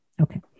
Okay